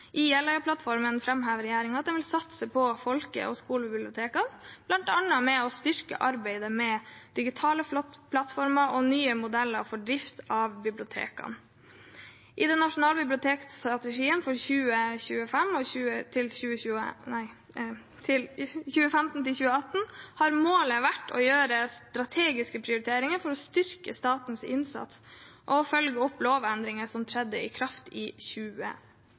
I Jeløya-plattformen framhever regjeringen at den vil satse på folke- og skolebibliotekene, bl.a. med å styrke arbeidet med digitale plattformer og nye modeller for drift av bibliotekene. I den nasjonale bibliotekstrategien for 2015–2018 har målet vært å gjøre strategiske prioriteringer for å styrke statens innsats og følge opp lovendringene som trådte i kraft i